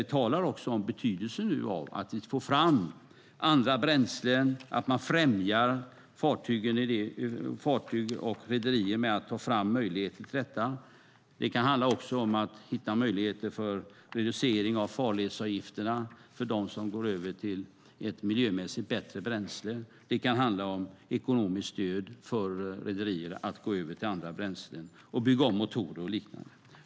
Vi talar där också om betydelsen av att få fram andra bränslen, att främja fartyg och rederier så att sådana kan tas fram. Det kan även handla om att hitta möjligheter till reducering av farledsavgifterna för dem som går över till ett miljömässigt bättre bränsle. Det kan handla om ekonomiskt stöd till rederier så att de ska kunna gå över till andra bränslen, bygga om motorer och liknande.